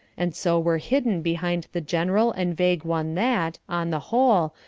and so were hidden behind the general and vague one that, on the whole,